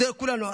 לכולנו.